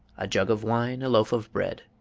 a jug of wine, a loaf of bread